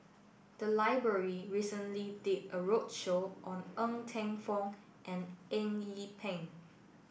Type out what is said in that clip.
the library recently did a roadshow on Ng Teng Fong and Eng Yee Peng